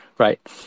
Right